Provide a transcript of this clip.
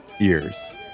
ears